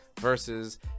versus